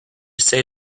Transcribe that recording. say